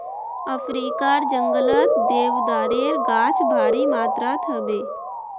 अफ्रीकार जंगलत देवदारेर गाछ भारी मात्रात ह बे